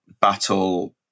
battle